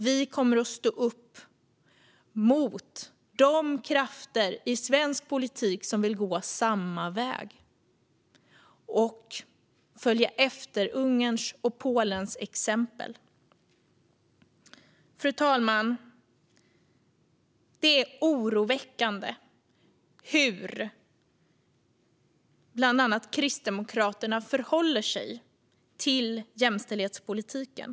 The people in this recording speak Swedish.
Vi kommer att stå upp mot de krafter i svensk politik som vill gå samma väg och följa Polens och Ungerns exempel. Fru talman! Det är oroväckande hur bland andra Kristdemokraterna förhåller sig till jämställdhetspolitiken.